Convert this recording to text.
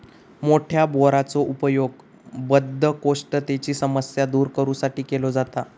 मोठ्या बोराचो उपयोग बद्धकोष्ठतेची समस्या दूर करू साठी केलो जाता